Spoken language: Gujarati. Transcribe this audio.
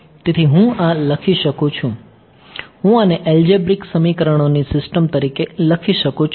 તેથી હું આ લખી શકું છું હું આને એલ્જેબ્રિક સમીકરણોની સિસ્ટમ તરીકે લખી શકું છું